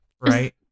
right